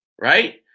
right